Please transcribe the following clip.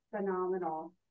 phenomenal